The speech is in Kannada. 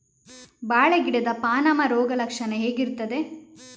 ಬಾಳೆ ಗಿಡದ ಪಾನಮ ರೋಗ ಲಕ್ಷಣ ಹೇಗೆ ಇರ್ತದೆ?